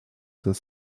their